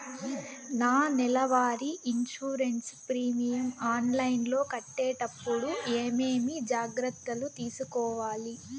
నా నెల వారి ఇన్సూరెన్సు ప్రీమియం ఆన్లైన్లో కట్టేటప్పుడు ఏమేమి జాగ్రత్త లు తీసుకోవాలి?